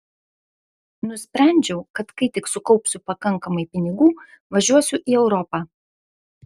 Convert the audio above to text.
nusprendžiau kad kai tik sukaupsiu pakankamai pinigų važiuosiu į europą